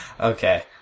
Okay